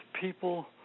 people